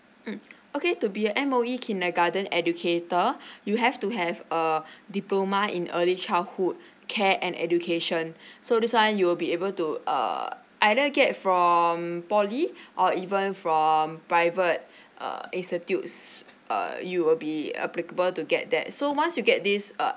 mm okay to be a M_O_E kindergarten educator you have to have a diploma in early childhood care and education so this one you will be able to err either get from poly or even from um private uh institutes err you will be applicable to get that so once you get this uh